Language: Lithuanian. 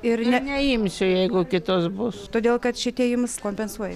neimsiu jeigu kitos bus